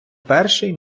перший